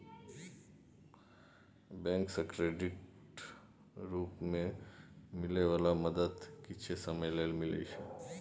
bank सँ क्रेडिटक रूप मे मिलै बला मदद किछे समय लेल मिलइ छै